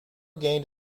gained